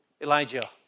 Elijah